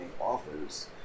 offers